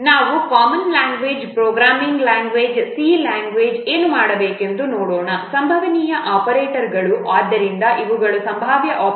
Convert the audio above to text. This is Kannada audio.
ನಾವು common language programming C language ಏನು ಮಾಡಬೇಕೆಂದು ನೋಡೋಣ ಸಂಭವನೀಯ ಆಪರೇಟರ್ಗಳು ಆದ್ದರಿಂದ ಇವುಗಳು ಸಂಭಾವ್ಯ ಆಪರೇಟರ್ಗಳಾಗಿವೆ ಅವುಗಳೆಂದರೆ